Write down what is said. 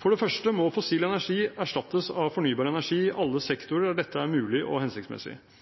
For det første må fossil energi erstattes av fornybar energi i alle sektorer der dette er mulig og hensiktsmessig.